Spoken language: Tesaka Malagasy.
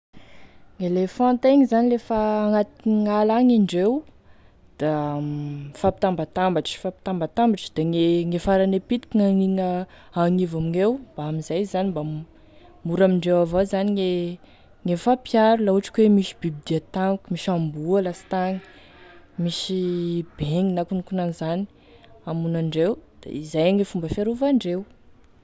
Gn'elefanta igny zany lefa agnatiny ala agny indreo da mifampitambatambatry mifampitambatambatry da gne farany e pitiky gnaniny agn'ivo amigneo mba amin'izay izy zany mba mora am'indreo avao zany gne gne mifampiaro, laha ohatry ka hoe misy biby dia tampoky, misy amboa lasitagny, misy bengy na akonakoan'izany hamono andreo da izay e fomba fiarovandreo.